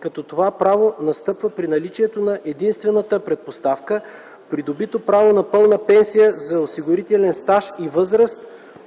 като това право настъпва при наличието на единствената предпоставка – придобито право на пълна пенсия за осигурителен стаж и възраст